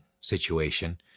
situation